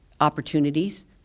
opportunities